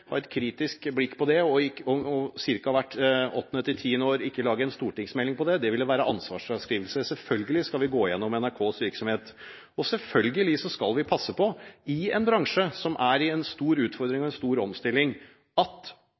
et kritisk blikk på det og ikke ca. hvert åttende til tiende år lage en stortingsmelding om det ville være en ansvarsfraskrivelse. Selvfølgelig skal vi gå gjennom NRKs virksomhet. Og selvfølgelig skal vi passe på i en bransje som har store utfordringer og er i stor omstilling, at